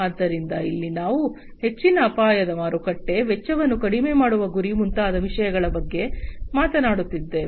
ಆದ್ದರಿಂದ ಇಲ್ಲಿ ನಾವು ಹೆಚ್ಚಿನ ಅಪಾಯದ ಮಾರುಕಟ್ಟೆ ವೆಚ್ಚವನ್ನು ಕಡಿಮೆ ಮಾಡುವ ಗುರಿ ಮುಂತಾದ ವಿಷಯಗಳ ಬಗ್ಗೆ ಮಾತನಾಡುತ್ತಿದ್ದೇವೆ